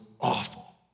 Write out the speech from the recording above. awful